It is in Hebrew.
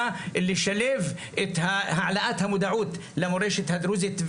לשלב את העלאת המודעות למורשת הדרוזית.